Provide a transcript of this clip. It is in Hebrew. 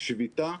שביתה,